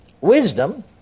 wisdom